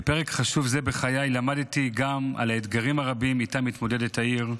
בפרק חשוב זה בחיי למדתי גם על האתגרים הרבים שאיתם מתמודדת העיר,